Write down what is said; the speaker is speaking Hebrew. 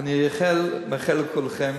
אני מאחל לכולכם